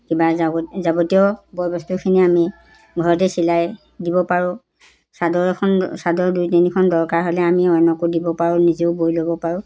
কিবা যাৱ যাৱতীয় বয়বস্তুখিনি আমি ঘৰতে চিলাই দিব পাৰোঁ চাদৰ এখন চাদৰ দুই তিনিখন দৰকাৰ হ'লে আমি অন্যকো দিব পাৰোঁ নিজেও বৈ ল'ব পাৰোঁ